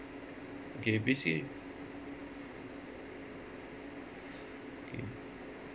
K basically K